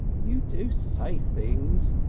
you do say things!